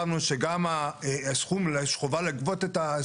לגבי הצעות החוק וגם ההצעה המאוחדת,